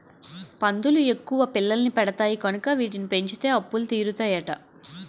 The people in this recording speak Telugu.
పందులు ఎక్కువ పిల్లల్ని పెడతాయి కనుక వీటిని పెంచితే అప్పులు తీరుతాయట